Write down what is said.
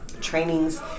trainings